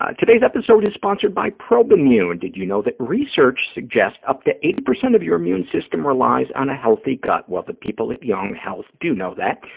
ah today's episode is sponsored by probimune. did you know that research suggests up to eighty percent of your immune system relies on a healthy gut? well, the people at young health do know that,